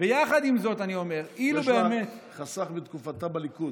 יש לה חסך מתקופתה בליכוד,